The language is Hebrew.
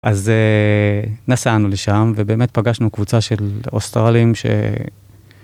אז נסענו לשם, ובאמת פגשנו קבוצה של אוסטרלים ש...